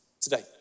today